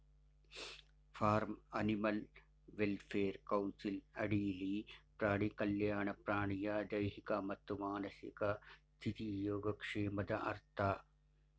form animal welfare council ಅಡಿಲಿ ಪ್ರಾಣಿ ಕಲ್ಯಾಣ ಪ್ರಾಣಿಯ ದೈಹಿಕ ಮತ್ತು ಮಾನಸಿಕ ಸ್ಥಿತಿ ಯೋಗಕ್ಷೇಮದ ಅರ್ಥ